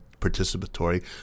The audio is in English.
participatory